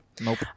Nope